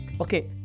okay